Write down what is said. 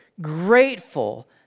grateful